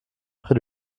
près